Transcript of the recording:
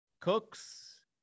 Cooks